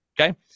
Okay